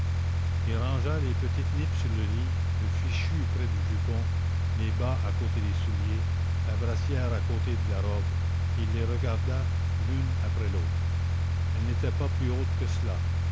il rangea les petites nippes sur le lit le fichu près du jupon les bas à côté des souliers la brassière à côté de la robe et il les regarda l'une après l'autre elle n'était pas plus haute que cela